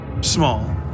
small